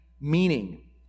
meaning